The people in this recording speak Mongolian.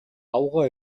аугаа